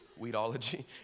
weedology